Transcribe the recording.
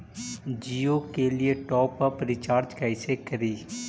जियो के लिए top up recharge कैसे करी?